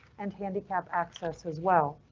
and handicap access as well.